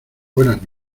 buenas